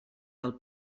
del